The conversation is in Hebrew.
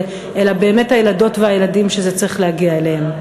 אלא באמת הילדות והילדים שזה צריך להגיע אליהם.